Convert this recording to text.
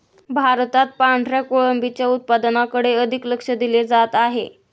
भारतात पांढऱ्या कोळंबीच्या उत्पादनाकडे अधिक लक्ष दिले जात आहे